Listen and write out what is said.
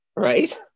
right